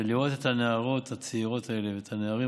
ולראות את הנערות הצעירות האלה ואת הנערים